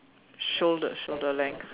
shoulder shoulder length